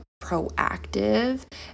proactive